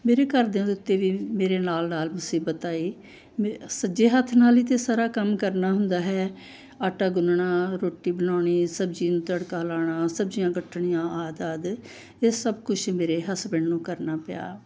ਮੇਰੇ ਘਰਦਿਆਂ ਦੇ ਉੱਤੇ ਵੀ ਮੇਰੇ ਨਾਲ ਨਾਲ ਮੁਸੀਬਤ ਆਈ ਮ ਸੱਜੇ ਹੱਥ ਨਾਲ ਹੀ ਤਾਂ ਸਾਰਾ ਕੰਮ ਕਰਨਾ ਹੁੰਦਾ ਹੈ ਆਟਾ ਗੁੰਨਣਾ ਰੋਟੀ ਬਣਾਉਣੀ ਸਬਜ਼ੀ ਨੂੰ ਤੜਕਾ ਲਗਾਉਣਾ ਸਬਜ਼ੀਆਂ ਕੱਟਣੀਆਂ ਆਦਿ ਆਦਿ ਇਹ ਸਭ ਕੁਛ ਮੇਰੇ ਹਸਬੈਂਡ ਨੂੰ ਕਰਨਾ ਪਿਆ